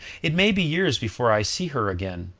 it may be years before i see her again,